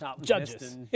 Judges